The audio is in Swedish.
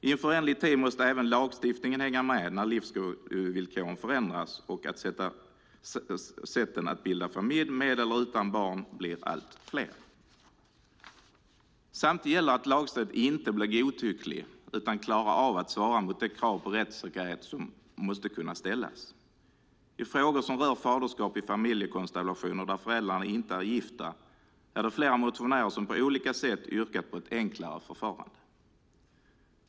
I en föränderlig tid måste även lagstiftningen hänga med när livsvillkoren förändras och sätten att bilda familj, med eller utan barn, blir allt fler. Samtidigt gäller det att lagstiftningen inte blir godtycklig utan klarar av att svara mot de krav på rättsäkerhet som måste kunna ställas. I frågor som rör faderskap i familjekonstellationer där föräldrarna inte är gifta är det flera motionärer som på olika sätt yrkat på ett enklare förfarande.